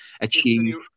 achieve